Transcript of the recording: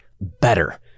better